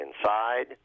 inside